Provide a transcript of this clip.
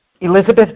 Elizabeth